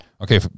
Okay